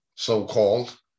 so-called